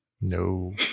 No